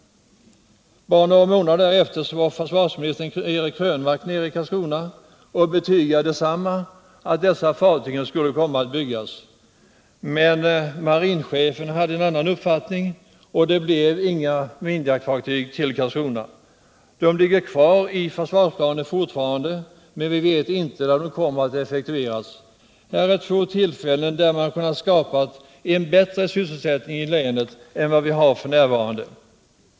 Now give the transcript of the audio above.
Bara någon månad därefter var försvarsministern Eric Krönmark nere i Karlskrona och betygade likaledes att dessa fartyg skulle komma att byggas. Men marinchefen hade en annan uppfattning, och det blev inga minjaktfartyg till Karlskrona. De ligger fortfarande kvar i försvarsplanen, men vi vet inte när de kommer att effektueras. Detta är två tillfällen när man hade kunnat skapa en bättre sysselsättning i länet än vad vi har f. n.